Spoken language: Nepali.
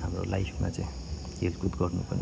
हाम्रो लाइफमा चाहिँ खेलकुद गर्नु पनि